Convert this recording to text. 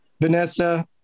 Vanessa